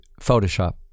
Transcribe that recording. Photoshop